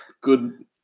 good